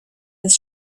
des